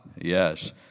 Yes